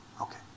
Okay